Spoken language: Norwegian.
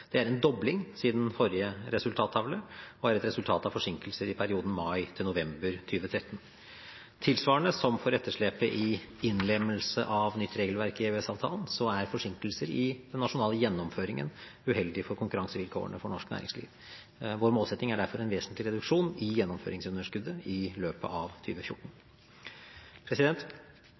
Det er en dobling siden forrige resultattavle og er et resultat av forsinkelser i perioden mai–november 2013. Tilsvarende som for etterslepet i innlemmelse av nytt regelverk i EØS-avtalen er forsinkelser i den nasjonale gjennomføringen uheldig for konkurransevilkårene for norsk næringsliv. Vår målsetting er derfor en vesentlig reduksjon i gjennomføringsunderskuddet i løpet av